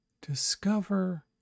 Discover